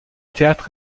théâtre